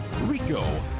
RICO